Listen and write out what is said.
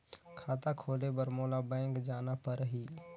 खाता खोले बर मोला बैंक जाना परही?